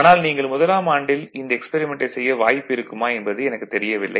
ஆனால் நீங்கள் முதலாம் அண்டில் இந்த எக்ஸ்பெரிமன்ட்டை செய்ய வாய்ப்பு இருக்குமா என்பது எனக்குத் தெரியவில்லை